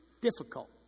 difficult